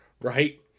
right